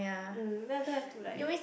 mm then don't have to like